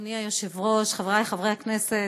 אדוני היושב-ראש, חברי חברי הכנסת,